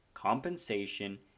Compensation